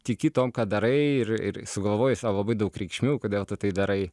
tiki tuom ką darai ir ir sugalvoji sau labai daug reikšmių kodėl tu tai darai